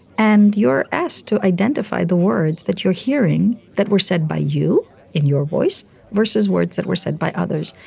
and you're asked to identify the words that you're hearing that were said by you in your voice versus words that were said by others.